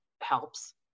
helps